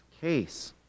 case